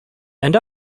and